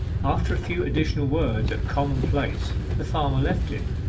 after a few additional words of common-place the farmer left him,